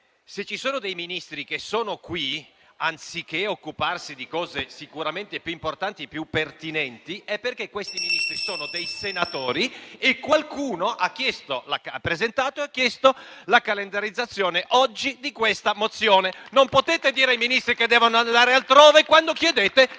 se ci sono dei Ministri che sono qui, anziché occuparsi di cose sicuramente più importanti e più pertinenti, è perché sono dei senatori e qualcuno ha presentato e ha chiesto la calendarizzazione oggi della mozione in questione. Non potete dire ai Ministri che devono andare altrove quando chiedete